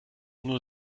nur